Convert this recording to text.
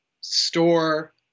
store